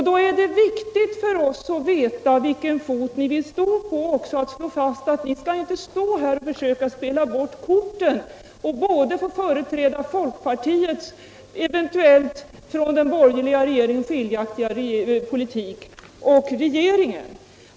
Då är det viktigt för oss att veta vilken fot ni vill stå på. Vi slår också fast att ni inte här skall försöka blanda bort korten och företräda både folkpartiets eventuellt från den borgerliga regeringens skiljaktiga politik och regeringens.